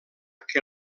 que